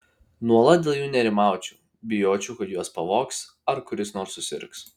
nuolat dėl jų nerimaučiau bijočiau kad juos pavogs ar kuris nors susirgs